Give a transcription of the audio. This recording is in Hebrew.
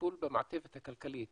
הטיפול במעטפת הכלכלית